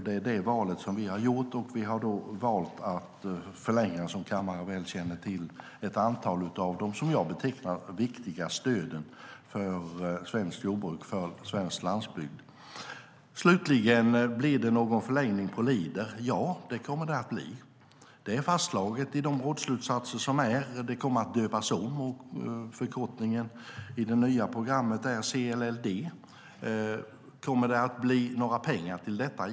Det är det val vi har gjort, och vi har som kammaren väl känner till valt att förlänga ett antal av de stöd jag betecknar som viktiga för svenskt jordbruk och svensk landsbygd. Slutligen: Blir det någon förlängning av Leader? Ja, det kommer det att bli. Det är fastslaget i de rådsslutsatser som finns. Det kommer att döpas om, och förkortningen för det nya programmet är CLLD. Kommer det att bli några pengar till detta?